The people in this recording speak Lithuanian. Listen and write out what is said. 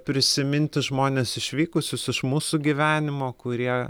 prisiminti žmones išvykusius iš mūsų gyvenimo kurie